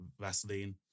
Vaseline